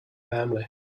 family